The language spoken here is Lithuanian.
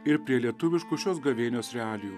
ir prie lietuviškų šios gavėnios realijų